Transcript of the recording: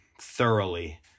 thoroughly